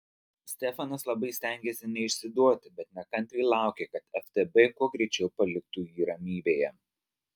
stefanas labai stengėsi neišsiduoti bet nekantriai laukė kad ftb kuo greičiau paliktų jį ramybėje